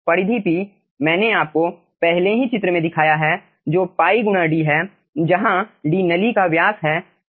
परिधि p मैंने आपको पहले ही चित्र में दिखाया है जो pi गुणा d है जहां d नली का व्यास है